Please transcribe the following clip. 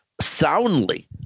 soundly